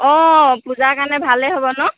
অঁ পূজাৰ কাৰণে ভালে হ'ব ন